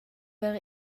per